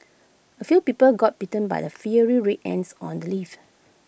A few people got bitten by the fiery red ants on the leaves